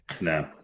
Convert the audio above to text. No